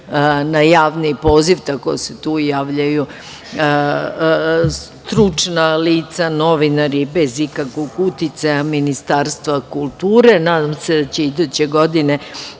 na javni poziv, tako da se tu i javljaju stručna lica, novinari bez ikakvog uticaja Ministarstva kulture. Nadam se da će iduće godine